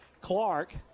Clark